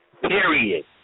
period